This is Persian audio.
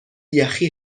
یخی